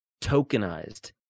tokenized